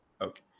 Okay